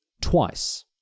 twice